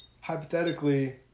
Hypothetically